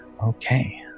okay